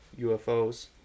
UFOs